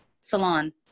salon